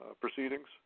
proceedings